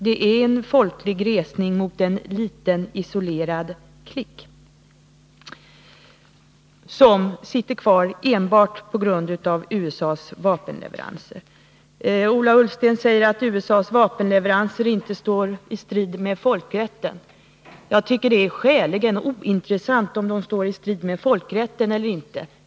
Det är en folklig resning mot en liten isolerad klick som sitter kvar enbart på grund av USA:s vapenleveranser. Ola Ullsten säger att USA:s vapenleveranser inte står i strid med folkrätten. Jag tycker det är skäligen ointressant om det står i strid med folkrätten eller inte.